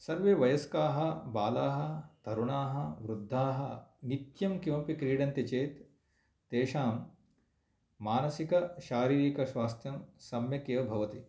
सर्वे वयस्काः बालाः तरुणाः वृद्धाः नित्यं किमपि क्रीडन्ति चेत् तेषां मानसिकशारीरिकस्वास्थ्यं सम्यक् एव भवति